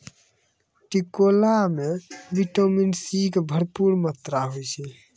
टिकोला मॅ vitamin C के भरपूर मात्रा होय छै